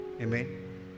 Amen